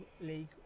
league